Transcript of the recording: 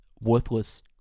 worthless